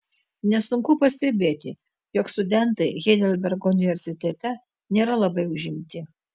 nesunku pastebėti jog studentai heidelbergo universitete nėra labai užimti